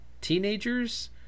Teenagers